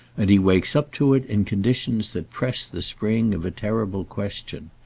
and he wakes up to it in conditions that press the spring of a terrible question.